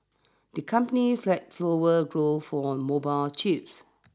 the company flagged flower growth for mobile chips